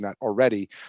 already